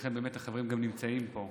לכן באמת החברים גם נמצאים פה.